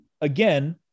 again